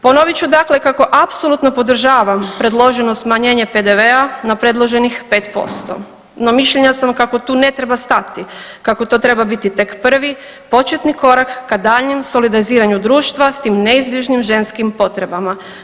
Ponovit ću dakle kako apsolutno podržavam predloženo smanjenje PDV-a na predloženih 5%, no mišljenja sam kako tu ne treba stati, kako to treba biti tek prvi početni korak ka daljnjem solidariziranju društva s tim neizbježnim ženskim potrebama.